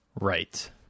right